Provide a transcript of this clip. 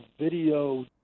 video